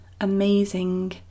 amazing